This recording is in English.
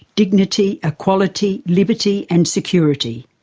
dignity, equality, liberty and security.